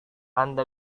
anda